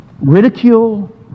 ridicule